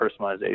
personalization